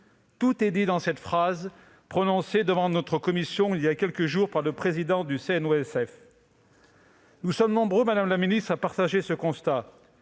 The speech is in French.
Tout est dit dans cette phrase, prononcée devant notre commission, voilà quelques jours, par le président du CNOSF. Nous sommes nombreux, madame la ministre, à partager ce constat.